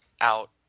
out